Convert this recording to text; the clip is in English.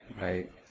Right